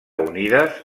unides